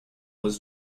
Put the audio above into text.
was